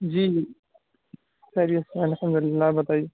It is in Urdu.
جی خیریت سے ہیں الحمد للہ آپ بتائیے